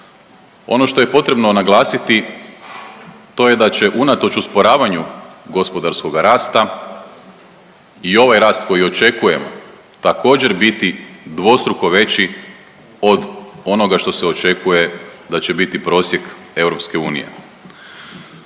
Ono što je potrebno naglasiti to je da će unatoč usporavanju gospodarskoga rasta i ovaj rast koji očekujemo također biti dvostruko veći od onoga što se očekuje da će biti prosjek EU.